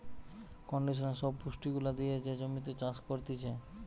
conditioner সব পুষ্টি গুলা দিয়ে যে জমিতে চাষ করতিছে